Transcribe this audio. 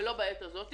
ולא בעת הזאת,